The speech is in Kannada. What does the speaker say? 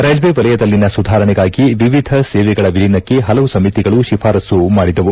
ರೈಲ್ವೆ ವಲಯದಲ್ಲಿನ ಸುಧಾರಣೆಗಾಗಿ ವಿವಿಧ ಸೇವೆಗಳ ವಿಲೀನಕ್ಕೆ ಹಲವು ಸಮಿತಿಗಳು ಶಿಫಾರಸು ಮಾಡಿದ್ದವು